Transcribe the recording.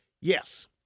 yes